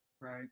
Right